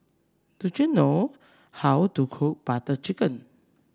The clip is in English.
do you know how to cook Butter Chicken